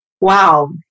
wow